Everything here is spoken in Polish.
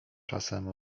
czasem